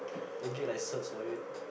then get like certs for it